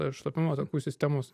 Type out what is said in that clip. šlapimo takų sistemos